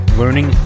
learning